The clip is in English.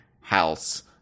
House